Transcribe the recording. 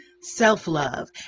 Self-love